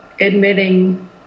admitting